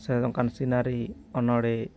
ᱥᱮ ᱚᱱᱠᱟᱱ ᱥᱤᱱᱟᱨᱤ ᱚᱱᱚᱬᱦᱮ